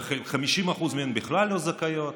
ו-50% מהן בכלל לא זכאיות.